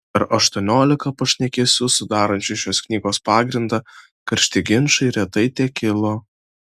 per aštuoniolika pašnekesių sudarančių šios knygos pagrindą karšti ginčai retai tekilo